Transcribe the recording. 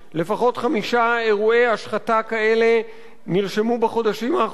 לפחות חמישה אירועי השחתה כאלה נרשמו בחודשים האחרונים